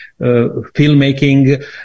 filmmaking